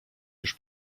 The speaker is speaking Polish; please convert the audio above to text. już